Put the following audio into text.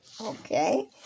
Okay